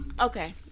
Okay